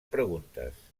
preguntes